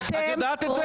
את יודעת את זה?